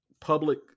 public